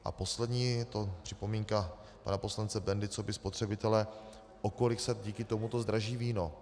A poslední připomínka pana poslance Bendy coby spotřebitele, o kolik se díky tomuto zdraží víno.